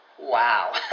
Wow